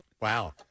Wow